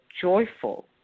joyful